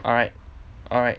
alright alright